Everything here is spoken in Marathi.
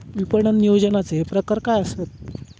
विपणन नियोजनाचे प्रकार काय आसत?